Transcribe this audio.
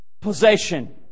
possession